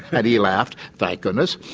and he laughed, thank goodness,